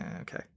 Okay